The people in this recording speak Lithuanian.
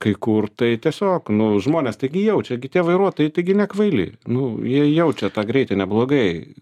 kai kur tai tiesiog nu žmonės taigi jaučia gi tie vairuotojai taigi nekvaili nu jie jaučia tą greitį neblogai